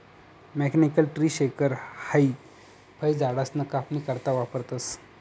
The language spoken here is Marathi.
मेकॅनिकल ट्री शेकर हाई फयझाडसना कापनी करता वापरतंस